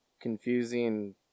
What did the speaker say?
confusing